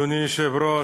אדוני היושב-ראש,